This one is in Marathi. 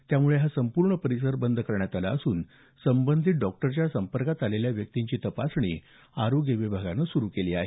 यामुळे हा संपूर्ण परिसर बंद करण्यात आला असून संबंधित डॉक्टरच्या संपर्कात आलेल्या व्यक्तींची तपासणी करण्याचं काम आरोग्य विभागानं सुरू केलं आहे